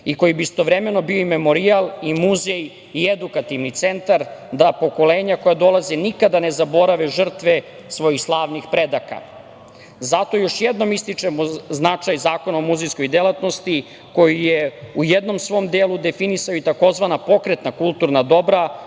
i koji bi istovremeno bio memorijal i muzej i edukativni centar da pokolenja koja dolaze nikada ne zaborave žrtve svojih slavnih predaka. Zato još jednom ističem značaj Zakona o muzejskoj delatnosti koji je u jednom svom delu definisao i tzv. „pokretna kulturna dobra“,